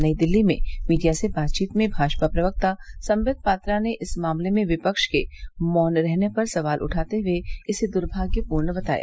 नई दिल्ली में मीडिया से बातचीत में भाजपा प्रवक्ता सम्बित पात्रा ने इस मामले में विपक्ष के मौन रहने पर सवाल उठाते हुए इसे दुर्भाग्य पूर्ण बताया